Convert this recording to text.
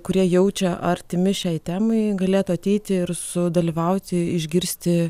kurie jaučia artimi šiai temai galėtų ateiti ir sudalyvauti išgirsti